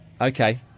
Okay